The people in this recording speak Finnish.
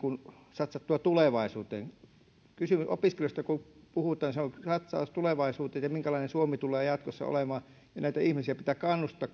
satsattua tulevaisuuteen kun opiskelijoista puhutaan se on satsaus tulevaisuuteen ja siihen minkälainen suomi tulee jatkossa olemaan näitä ihmisiä pitää kannustaa